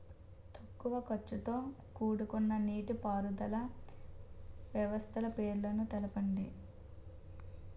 తక్కువ ఖర్చుతో కూడుకున్న నీటిపారుదల వ్యవస్థల పేర్లను తెలపండి?